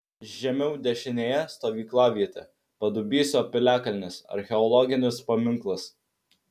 žemiau dešinėje stovyklavietė padubysio piliakalnis archeologinis paminklas